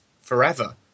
forever